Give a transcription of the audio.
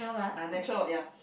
ah natural what ya